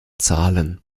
zahlen